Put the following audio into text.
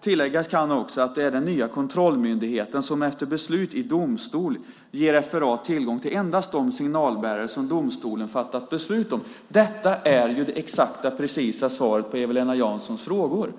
Tilläggas kan att det är den nya kontrollmyndigheten som efter beslut i domstol ger FRA tillgång endast till de signalbärare som domstolen fattat beslut om. Det är det exakta precisa svaret på Eva-Lena Janssons frågor.